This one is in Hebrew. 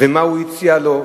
ומה הוא הציע לו,